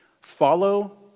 follow